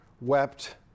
wept